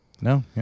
No